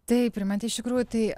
taip ir man tai iš tikrųjų tai